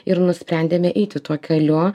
ir nusprendėme eiti tuo keliu